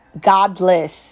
godless